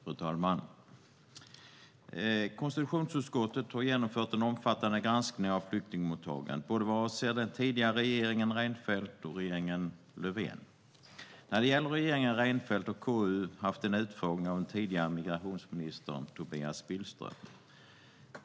Fru talman! Konstitutionsutskottet har genomfört en omfattande granskning av flyktingmottagandet vad avser både den tidigare regeringen Reinfeldt och regeringen Löfven. När det gäller regeringen Reinfeldt har KU haft en utfrågning av den tidigare migrationsministern Tobias Billström.